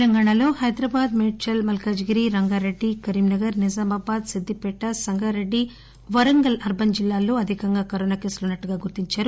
తెలంగాణలో హైదరాబాద్ మేడ్చల్ మల్కాజిగిరి రంగారెడ్డి కరీంనగర్ నిజామాబాద్ సిద్దిపేట సంగారెడ్డి వరంగల్ అర్బన్ జిల్లాలో అధికంగా కరోనా కేసులు ఉన్నట్లుగా గుర్తించారు